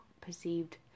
perceived